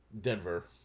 Denver